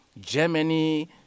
Germany